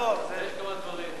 חבר הכנסת בילסקי על כמה דברים.